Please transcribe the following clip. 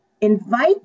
invite